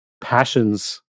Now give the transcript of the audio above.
passions